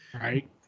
Right